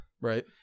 Right